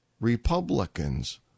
Republicans